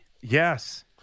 Yes